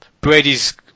Brady's